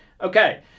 Okay